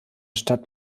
stadt